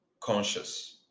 conscious